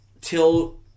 Till